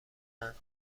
اند